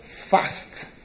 fast